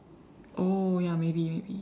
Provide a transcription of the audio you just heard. oh ya maybe maybe